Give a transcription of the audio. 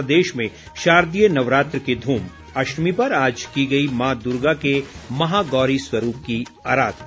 प्रदेश में शारदीय नवरात्र की धूम अष्टमी पर आज की गई माँ दुर्गा के महागौरी स्वरूप की आराधना